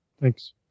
Thanks